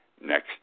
next